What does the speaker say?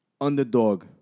underdog